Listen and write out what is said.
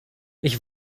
ich